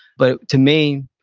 but to me,